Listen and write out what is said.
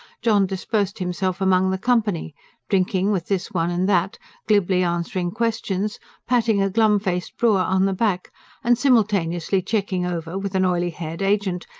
john dispersed himself among the company drinking with this one and that glibly answering questions patting a glum-faced brewer on the back and simultaneously checking over, with an oily-haired agent,